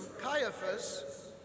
Caiaphas